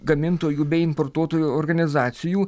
gamintojų bei importuotojų organizacijų